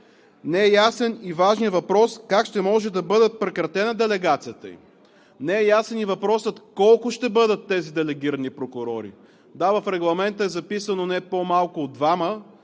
Не е ясен и важният въпрос: как ще може да бъде прекратена делегацията им? Не е ясен и въпросът: колко ще бъдат тези делегирани прокурори? Да, в Регламента е записано: „не по-малко от двама“,